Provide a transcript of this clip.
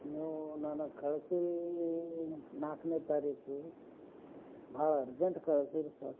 ನೀವು ನನಗೆ ಕಳಿಸಿ ನಾಲ್ಕ್ನೇ ತಾರೀಖು ಬಹಳ ಅರ್ಜೆಂಟ್ ಕಳ್ಸೀರಿ ಸರ್